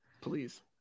please